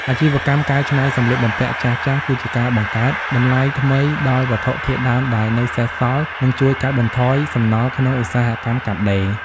អាជីវកម្មកែច្នៃសម្លៀកបំពាក់ចាស់ៗ គឺជាការបង្កើតតម្លៃថ្មីដល់វត្ថុធាតុដើមដែលនៅសេសសល់ និងជួយកាត់បន្ថយសំណល់ក្នុងឧស្សាហកម្មកាត់ដេរ។